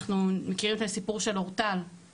אנחנו מכירים את הסיפור של אורטל,